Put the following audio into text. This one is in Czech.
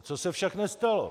Co se však nestalo?